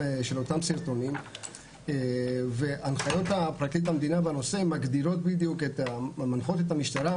סרטונים והנחיות פרקליט המדינה בנושא מגדירות בדיוק ומנחות את המשטרה